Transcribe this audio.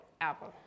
album